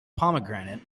pomegranate